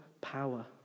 power